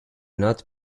not